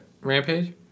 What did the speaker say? rampage